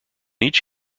each